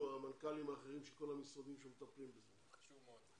המנכ"לים האחרים של כל המשרדים שמטפלים בנושא,